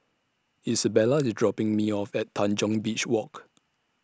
Isabella IS dropping Me off At Tanjong Beach Walk